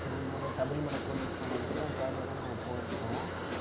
ஒருமுறை சபரிமலை கோவிலுக்கு போகும்போது கூட உங்கள் கேபில் தான் நாங்கள் போய்ருக்கோம்